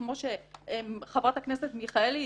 כמו שחברת הכנסת מיכאלי